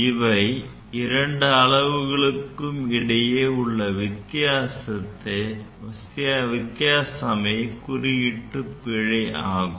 இவை இரண்டு அளவுகளுக்கு இடையே உள்ள வித்தியாசம்தான் குறியீட்டு பிழை ஆகும்